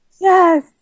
Yes